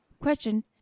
Question